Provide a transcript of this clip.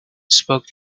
spoke